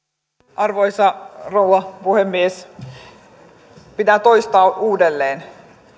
arvoisa rouva puhemies pitää toistaa uudelleen